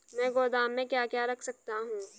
मैं गोदाम में क्या क्या रख सकता हूँ?